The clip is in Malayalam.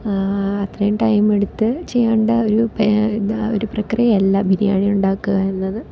അത്രയും ടൈം എടുത്ത് ചെയ്യേണ്ട ഒരു എന്താ ഒരു പ്രക്രിയയല്ല ബിരിയാണി ഉണ്ടാക്കുക എന്നത്